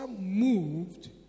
moved